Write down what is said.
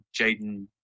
Jaden